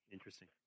Interesting